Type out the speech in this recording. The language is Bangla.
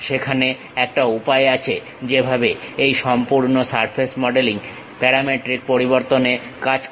সেখানে একটা উপায় আছে যেভাবে এই সম্পূর্ণ সারফেস মডেলিং প্যারামেট্রিক পরিবর্তনে কাজ করে